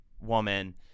woman